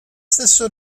stesso